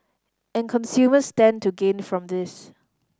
and consumers stand to gain from this